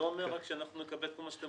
רק סוגיות עובדתיות,